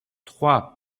trois